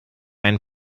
ein